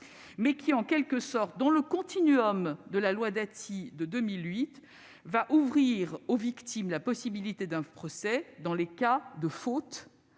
mais qui, en quelque sorte, dans le continuum de la loi Dati de 2008, va ouvrir aux victimes le droit à un procès, dans les cas où le